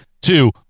two